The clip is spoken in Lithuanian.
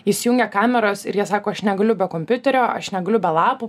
įsijungia kameros ir jie sako aš negaliu be kompiuterio aš negaliu be lapų